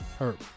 Herb